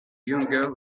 younger